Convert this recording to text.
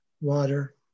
water